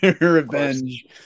revenge